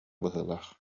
быһыылаах